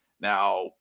Now